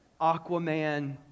Aquaman